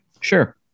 Sure